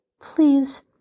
please